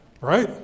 Right